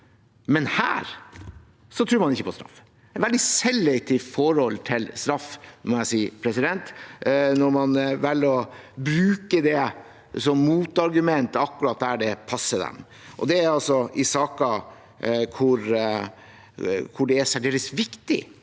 men her tror man ikke på straff. Det er et veldig selektivt forhold til straff, må jeg si, når man velger å bruke det som motargument akkurat der det passer dem. Det er altså i saker hvor det er særdeles viktig